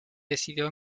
decidió